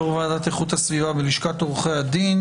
יו"ר ועדת איכות הסביבה בלשכת עורכי הדין